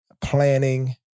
planning